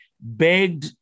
begged